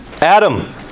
Adam